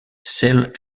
sale